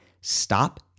Stop